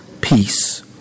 peace